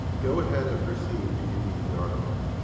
go ahead and proceed if you need the article.